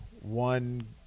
one